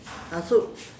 uh so